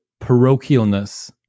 parochialness